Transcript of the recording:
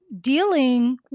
dealing